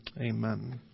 Amen